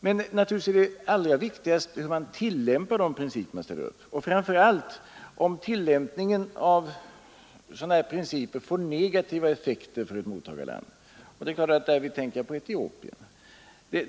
Men naturligtvis är det allra viktigast hur man tillämpar de principer man ställer upp, framför allt om tillämpningen av dessa får negativa effekter för ett mottagarland. Jag tänker därvid självfallet på Etiopien.